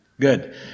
good